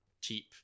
cheap